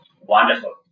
Wonderful